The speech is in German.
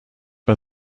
bei